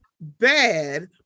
bad